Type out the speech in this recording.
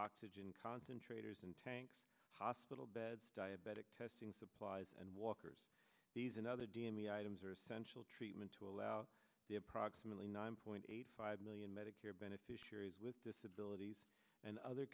oxygen concentrator and tanks hospital beds diabetic testing supplies and walkers these and other d m a e items are essential treatment to allow the approximately nine point eight five million medicare beneficiaries with disabilities and other